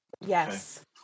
Yes